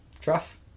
Truff